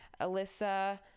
Alyssa